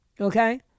Okay